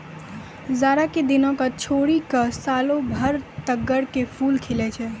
जाड़ा के दिनों क छोड़ी क सालों भर तग्गड़ के फूल खिलै छै